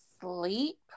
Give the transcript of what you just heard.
sleep